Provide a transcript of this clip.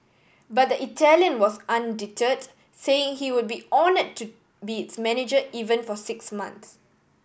but the Italian was undeterred saying he would be honour to be its manager even for six months